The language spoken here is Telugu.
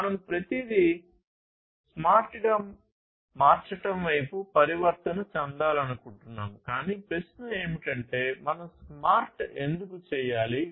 మనం ప్రతిదీ స్మార్ట్గా మార్చడం వైపు పరివర్తన చెందాలనుకుంటున్నాము కాని ప్రశ్న ఏమిటంటే మనం స్మార్ట్ ఎందుకు చేయాలి